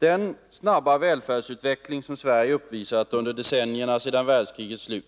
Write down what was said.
Den snabba välfärdsutveckling som Sverige har uppvisat under decennierna sedan världskrigets slut